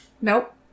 Nope